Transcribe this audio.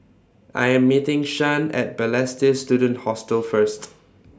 I Am meeting Shan At Balestier Student Hostel First